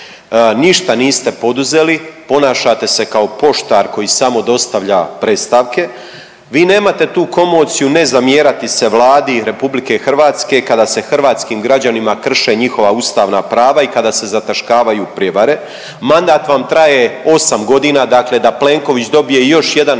Ništa niste poduzeli, ponašate se kao poštar koji samo dostavlja predstavke. Vi nemate tu komociju ne zamjerati se Vladi Republike Hrvatske kada se hrvatskim građanima krše njihova ustavna prava i kada se zataškavaju prijevare. Mandat vam traje osam godina, dakle da Plenković dobije još jedan